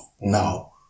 now